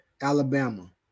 Alabama